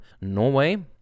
Norway